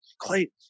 Clayton